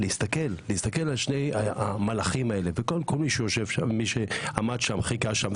להסתכל על שני המלאכים האלה ועל כל מי שעמד וחיכה שם,